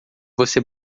você